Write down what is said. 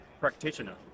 practitioner